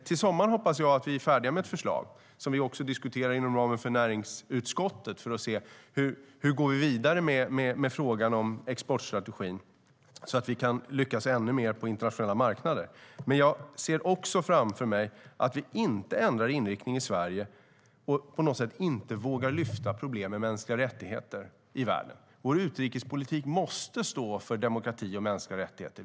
Till sommaren hoppas jag att vi är färdiga med ett förslag som vi också diskuterar inom ramen för näringsutskottet för att se hur vi går vidare med frågan om exportstrategin så att vi kan lyckas ännu mer på internationella marknader. Men jag ser också framför mig att vi inte ändrar inriktning i Sverige för att vi inte vågar lyfta problem med mänskliga rättigheter i världen. Vår utrikespolitik måste stå för demokrati och mänskliga rättigheter.